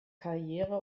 karriere